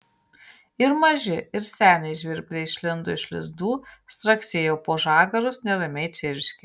ir maži ir seniai žvirbliai išlindo iš lizdų straksėjo po žagarus neramiai čirškė